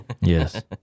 Yes